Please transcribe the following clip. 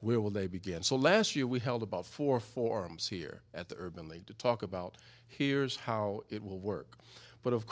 where will they begin so last year we held about four forums here at the urban they did talk about here's how it will work but of